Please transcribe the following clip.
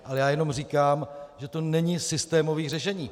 Ale já jenom říkám, že to není systémové řešení.